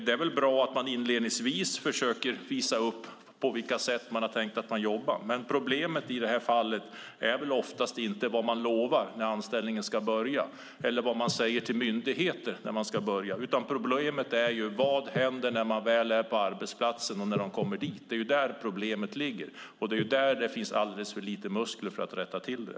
Det är väl bra att man inledningsvis försöker visa upp på vilka sätt man har tänkt jobba, men problemet i detta fall är oftast inte vad man lovar när anställningen ska börja eller vad man säger till myndigheter när de anställda ska börja. Problemet är vad som händer när de väl kommer till arbetsplatsen och är där. Det är där problemet ligger, och det är där det finns alldeles för lite muskler för att rätta till det.